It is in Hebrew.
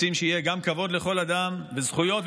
אנחנו רוצים שיהיה גם כבוד לכל אדם וזכויות,